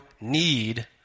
Need